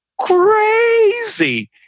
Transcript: crazy